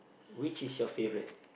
which is your favourite